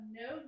no